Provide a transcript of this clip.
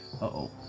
uh-oh